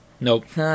Nope